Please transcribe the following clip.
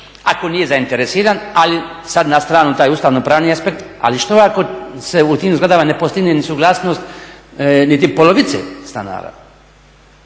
ako nije zainteresiran ali sad na stranu taj ustavno-pravni aspekt ali što ako se u tim zgradama ne postigne ni suglasnost niti polovice stanara.